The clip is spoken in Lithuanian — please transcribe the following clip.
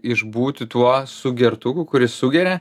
išbūti tuo sugertų kuris sugeria